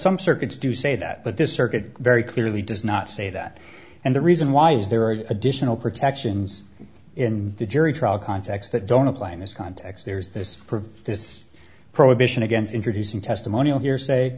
some circuits do say that but this circuit very clearly does not say that and the reason why is there are additional protections in the jury trial context that don't apply in this context there's this is a prohibition against introducing testimonial hearsay